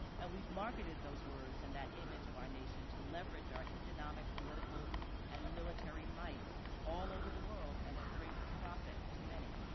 and we've marketed those words and that image of our nation to leverage our economic, political and military might all over the world and at great profit too many.